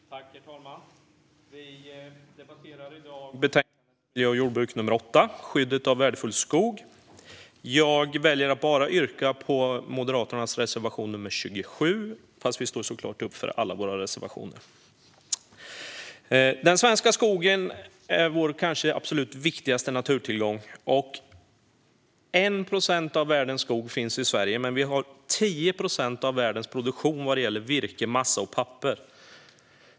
Herr talman! Vi debatterar i dag miljö och jordbruksutskottets betänkande nr 8, Skyddet av värdefull skog . Jag väljer att yrka bifall enbart till Moderaternas reservation nr 27, men vi står såklart bakom alla våra reservationer. Den svenska skogen är vår kanske viktigaste naturtillgång. Av världens skog finns 1 procent i Sverige, men vi har 10 procent av världens produktion när det gäller virke, massa och papper.